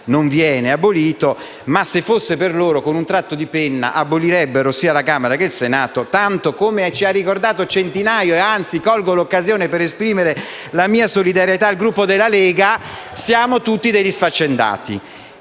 non viene abolito, ma se fosse per loro con un tratto di penna abolirebbero sia la Camera che il Senato, tanto - come ci ha ricordato Centinaio (anzi, colgo l’occasione per esprimere la mia solidarietà al Gruppo della Lega) - siamo tutti degli sfaccendati.